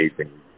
amazing